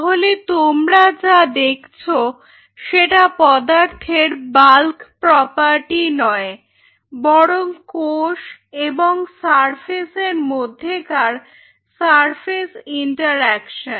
তাহলে তোমরা যা দেখছো সেটা পদার্থের বাল্ক প্রপার্টি নয় বরং কোষ এবং সারফেসের মধ্যেকার সারফেস ইন্টারঅ্যাকশন